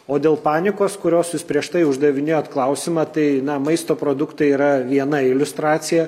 o dėl panikos kurios jūs prieš tai uždavinėjot klausimą tai na maisto produktai yra viena iliustracija